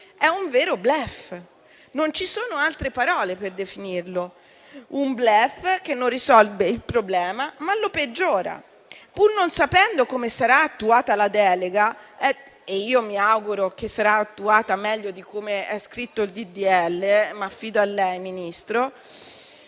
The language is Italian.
è un vero *bluff*, non ci sono altre parole per definirlo; un *bluff* che non risolve il problema, ma lo peggiora. Pur non sapendo come sarà attuata la delega - mi auguro che sarà attuata meglio di come è scritto il disegno di legge,